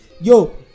yo